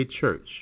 church